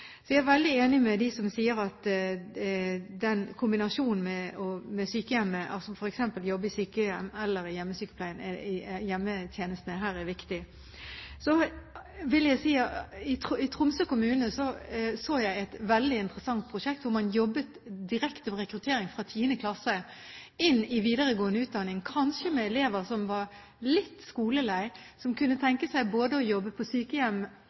så jeg et veldig interessant prosjekt hvor man jobbet direkte med rekruttering inn i videregående utdanning fra 10. klasse – kanskje elever som var litt skoleleie, og som kunne tenke seg å kombinere det å jobbe på sykehjem